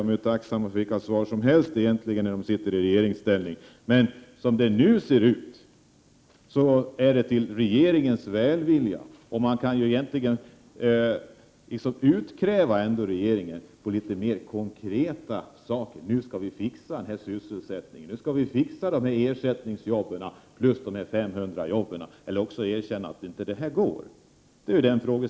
De är ju tacksamma för vilka svar som helst när de är i regeringsställning. Som det nu ser ut får man lita till regeringens välvilja. Egentligen skulle man ställa litet mer konkreta krav på regeringen. Man skulle t.ex. kunna kräva att sysselsättningen på dessa orter skall ordnas och att ersättningsjobb och de fem hundra utlovade nya jobben skall tillskapas. I annat fall får man erkänna att det inte går att lösa det här problemet.